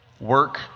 work